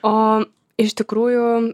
o iš tikrųjų